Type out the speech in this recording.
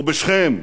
או בשכם,